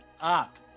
up